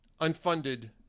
unfunded